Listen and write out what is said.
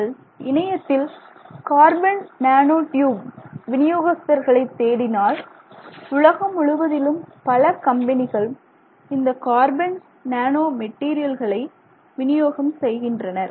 நீங்கள் இணையத்தில் carbon nano tube விநியோகஸ்தர்களை தேடினால் உலகம் முழுவதிலும் பல கம்பெனிகள் இந்த கார்பன் நானோ மெட்டீரியல்களை வினியோகம் செய்கின்றனர்